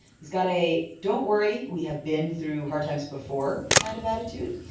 he's got a don't worry, we have been through hard times before kind of attitude.